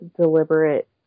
deliberate